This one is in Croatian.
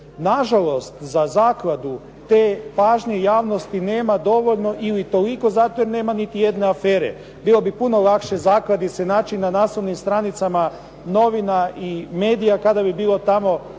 Nažalost, za zakladu te pažnje javnosti nema dovoljno ili toliko zato jer nema niti jedne afere. Bilo bi puno lakše zakladi se naći na naslovnim stranicama novina i medija kada bi bilo tamo